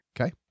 Okay